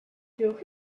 trowch